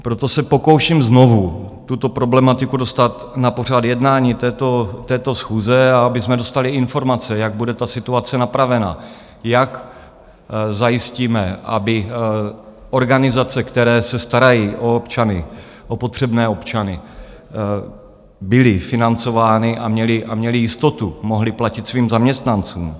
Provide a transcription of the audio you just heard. Proto se pokouším znovu tuto problematiku dostat na pořad jednání této schůze, a abychom dostali informace, jak bude ta situace napravena, jak zajistíme, aby organizace, které se starají o občany, o potřebné občany, byly financovány a měly jistotu, mohly platit svým zaměstnancům.